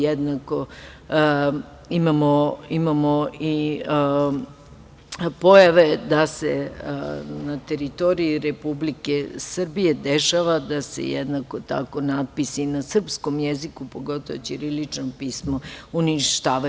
Jednako imamo i pojave da se na teritoriji Republike Srbije dešava da se jednako tako natpisi na srpskom jeziku, pogotovo ćiriličnom pismu, uništavaju.